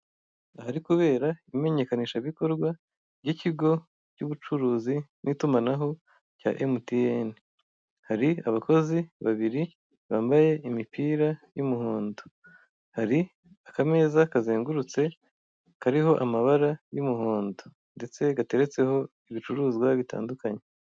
Ahari kubera imenyekanishabikorwa ry'ikigo cy'ubucuruzi n'itumanaho cya MTN, hari abakozi babiri bambaye imipira y'umuhondo, hari akameza kazengurutse kariho amabara y'umuhondo ndetse gateretseho ibicuruzwa bitandukanye.